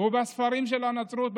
ובספרים של הנצרות,